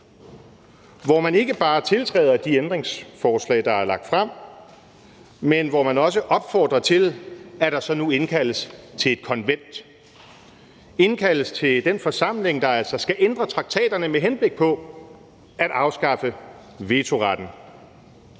hvor man ikke bare tiltræder de ændringsforslag, der er lagt frem, men hvor man også opfordrer til, at der så nu indkaldes til et konvent, at der indkaldes til den forsamling, der altså skal ændre traktaterne med henblik på at afskaffe vetoretten.